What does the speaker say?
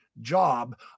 job